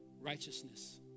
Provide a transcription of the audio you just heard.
Righteousness